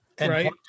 right